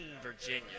Virginia